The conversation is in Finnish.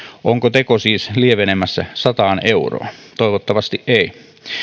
onko teko siis lievenemässä sataan euroon toivottavasti ei